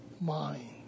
mind